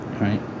Right